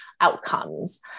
outcomes